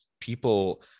people